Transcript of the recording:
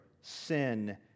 sin